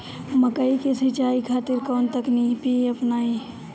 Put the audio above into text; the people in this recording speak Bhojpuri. मकई के सिंचाई खातिर कवन तकनीक अपनाई?